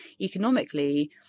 economically